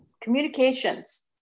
communications